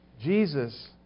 Jesus